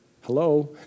Hello